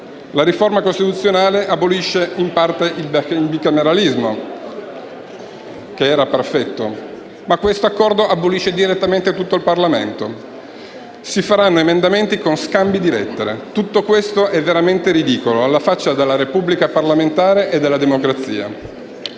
La riforma costituzionale abolisce in parte il bicameralismo, che era perfetto, ma questo accordo abolisce direttamente tutto il Parlamento: si faranno emendamenti con scambi di lettere. Tutto questo è veramente ridicolo, alla faccia della Repubblica parlamentare e della democrazia!